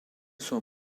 saw